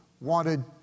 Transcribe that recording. wanted